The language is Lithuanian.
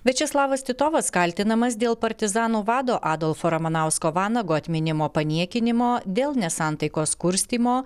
viačeslavas titovas kaltinamas dėl partizanų vado adolfo ramanausko vanago atminimo paniekinimo dėl nesantaikos kurstymo